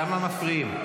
למה מפריעים?